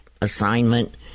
assignment